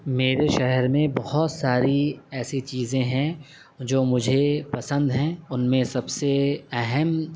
میرے شہر میں بہت ساری ایسی چیزیں ہیں جو مجھے پسند ہیں ان میں سب سے اہم